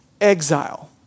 exile